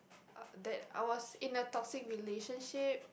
uh that I was in a toxic relationship